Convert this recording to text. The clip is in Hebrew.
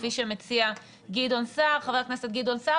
כפי שמציע חבר הכנסת גדעון סער,